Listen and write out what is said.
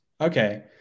Okay